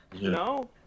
No